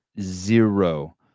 Zero